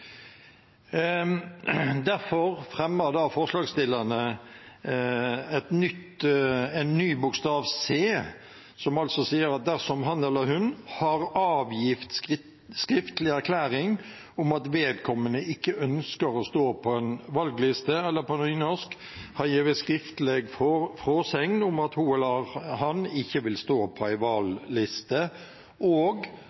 erklæring om at vedkommende ikke ønsker å stå på en valgliste.» Og på nynorsk: «har gjeve skriftleg fråsegn om at ho eller han ikkje vil stå på ei